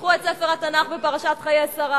פתחו את ספר התנ"ך בפרשת חיי שרה.